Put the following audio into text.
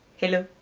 hello.